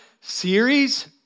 series